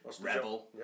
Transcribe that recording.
rebel